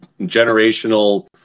generational